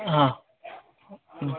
ಹಾಂ ಹ್ಞೂ